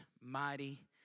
mighty